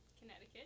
Connecticut